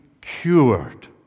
cured